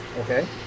Okay